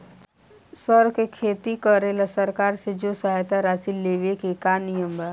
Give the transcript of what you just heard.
सर के खेती करेला सरकार से जो सहायता राशि लेवे के का नियम बा?